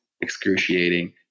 excruciating